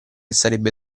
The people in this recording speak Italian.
sarebbe